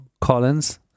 Collins